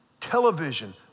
Television